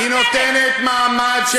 היא נותנת מעמד.